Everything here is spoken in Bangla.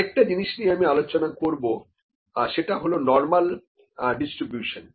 আরেকটা জিনিস নিয়ে আমি আলোচনা করবো সেটা হলো নরমাল ডিস্ট্রিবিউশন